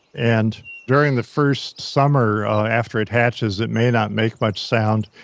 and during the first summer after it hatches, it may not make much sound.